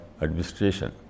administration